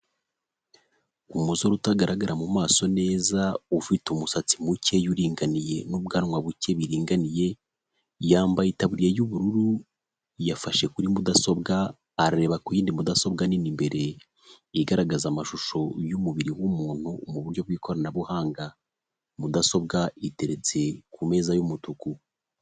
Umusore utagaragara mu maso neza ufite umusatsi muke uringaniye n'ubwanwa buke biringaniye yambaye itaburiya y'ubururu yafashe kuri mudasobwa arareba ku yindi mudasobwa nini imbere igaragaza amashusho y'umubiri w'umuntu mu buryo bw'ikoranabuhanga mudasobwa iteretse ku meza y'umutuku.